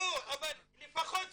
לפחות איתך,